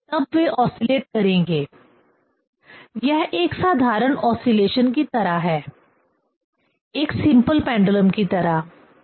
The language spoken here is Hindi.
तब वे ओसीलेट करेंगे यह एक साधारण ओसीलेशन की तरह है एक सिंपल पेंडुलम की तरह